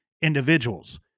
individuals